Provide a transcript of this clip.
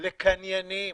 התערוכות לקניינים.